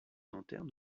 lanterne